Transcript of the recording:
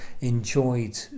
enjoyed